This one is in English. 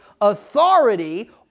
authority